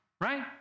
right